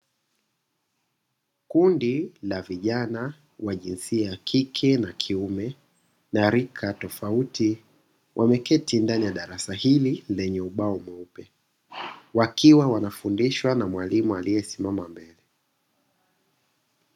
Kundi la vijana wa jinsia ya kike na kiume na rika tofauti, wameketi ndani ya darasa hili, lenye ubao mweupe wakiwa wanafundishwa na mwalimu aliye simama mbele.